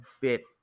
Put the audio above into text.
bit